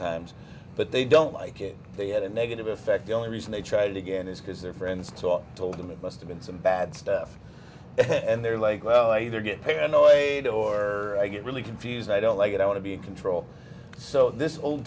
times but they don't like it they had a negative effect the only reason they tried it again is because they're friends so i told them it must have been some bad stuff and they're like well i either get paranoid or i get really confused i don't like it i want to be in control so this old